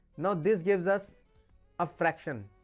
now this gives us a fraction.